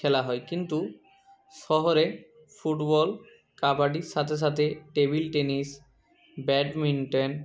খেলা হয় কিন্তু শহরে ফুটবল কাবাডির সাথে সাথে টেবিল টেনিস ব্যাডমিন্টন